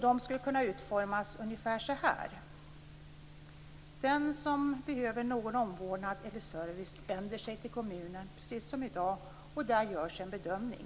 De skulle kunna utformas ungefär så här: Den som behöver någon form av omvårdnad eller service vänder sig till kommunen, precis som i dag, och där görs en bedömning.